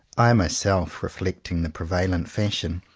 i myself, reflecting the pre valent fashion,